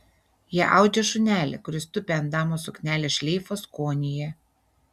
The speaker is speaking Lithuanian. jie audžia šunelį kuris tupi ant damos suknelės šleifo skonyje